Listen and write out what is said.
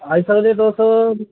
आई सकदे तुस